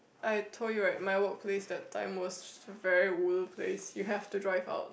I told you right my workplace that time was very ulu place you have to drive out